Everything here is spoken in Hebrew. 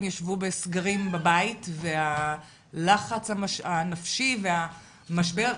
ישבו בסגרים בבית והלחץ הנפשי והמשבר,